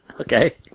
Okay